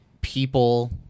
people